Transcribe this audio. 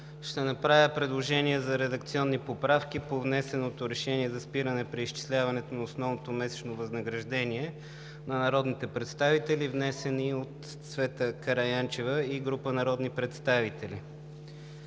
Ще направя предложение за редакционни поправки по внесеното Решение за спиране преизчисляването на основното месечно възнаграждение на народните представители, внесени от Цвета Караянчева и група народни представители.